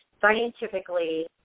Scientifically